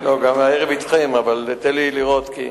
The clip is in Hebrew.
תן לי לראות.